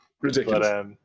ridiculous